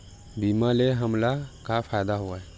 बीमा ले हमला का फ़ायदा हवय?